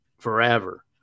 forever